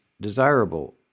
desirable